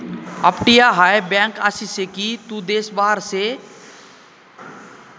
अपटीया हाय बँक आसी से की तू देश बाहेर से